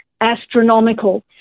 astronomical